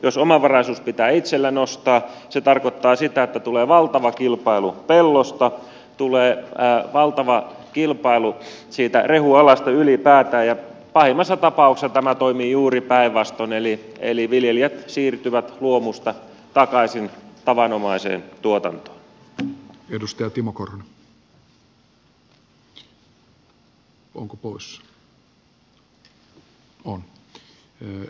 jos omavaraisuus pitää itsellä nostaa se tarkoittaa sitä että tulee valtava kilpailu pellosta tulee valtava kilpailu siitä rehualasta ylipäätään ja pahimmassa tapauksessa tämä toimii juuri päinvastoin eli viljelijät siirtyvät luomusta takaisin tavanomaiseen tuotantoon